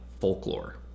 folklore